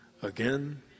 Again